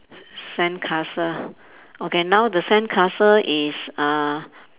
sandcastle okay now the sandcastle is uh